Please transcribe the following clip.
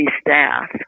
staff